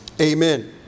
Amen